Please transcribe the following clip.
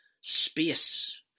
space